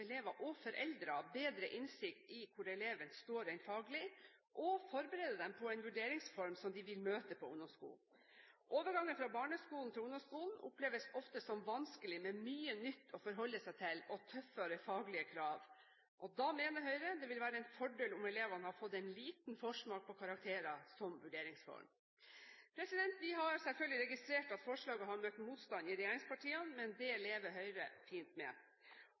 elever og foreldre bedre innsikt i hvor eleven står rent faglig, og forberede dem på en vurderingsform de vil møte på ungdomsskolen. Overgangen fra barneskolen til ungdomsskolen oppleves ofte som vanskelig, med mye nytt å forholde seg til og tøffere faglige krav. Da mener Høyre det vil være en fordel om elevene har fått en liten forsmak på karakterer som vurderingsform. Vi har selvfølgelig registrert at forslaget har møtt motstand i regjeringspartiene, men det lever Høyre fint med.